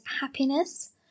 happiness